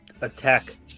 attack